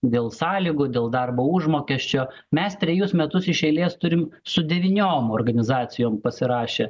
dėl sąlygų dėl darbo užmokesčio mes trejus metus iš eilės turim su devyniom organizacijom pasirašę